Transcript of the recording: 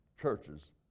churches